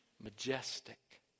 majestic